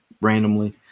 randomly